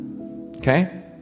Okay